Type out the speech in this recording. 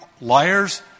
liars